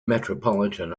metropolitan